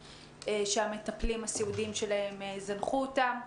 שהמטפלים הסיעודיים שלהם זנחו אותם.